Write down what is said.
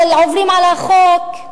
של עוברים על החוק.